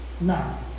now